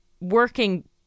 working